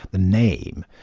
the name.